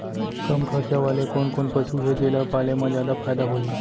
कम खरचा वाले कोन कोन पसु हे जेला पाले म जादा फायदा होही?